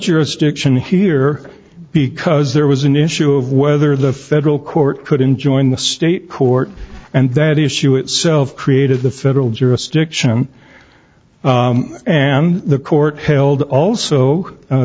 jurisdiction here because there was an issue of whether the federal court could enjoin the state court and that issue itself created the federal jurisdiction and the court held also